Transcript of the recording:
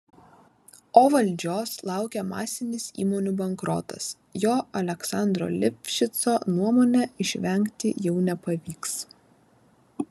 o valdžios laukia masinis įmonių bankrotas jo aleksandro lifšico nuomone išvengti jau nepavyks